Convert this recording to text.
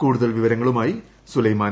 കൂടുതൽ വിവരങ്ങളുമായി സുലൈമാൻ